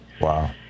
Wow